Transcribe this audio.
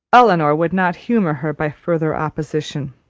elinor would not humour her by farther opposition.